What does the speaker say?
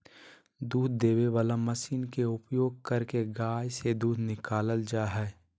दूध देबे वला मशीन के उपयोग करके गाय से दूध निकालल जा हइ